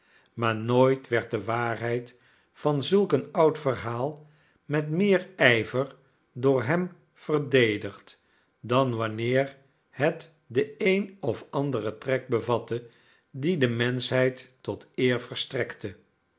maar nooit werd de waarheid van zulk een oud verhaal met meer ijver door hem verdedigd dan wanneer het den een of anderen trek bevatte die de menschheid tot eer verstrekte